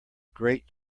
great